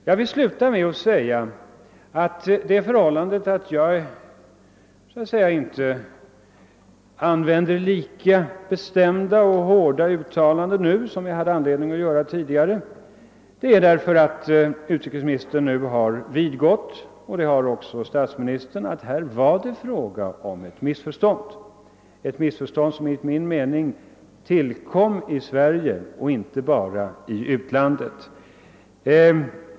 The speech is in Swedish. Jag vill sluta med att säga att orsaken till att jag inte använder lika bestämda och hårda ord som jag hade anledning att göra tidigare är att utrikesministern och även statsministern nu vidgått att det var fråga om ett missförstånd. Detta missförstånd uppstod enlig min mening även i Sverige, inte bara i utlandet.